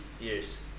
years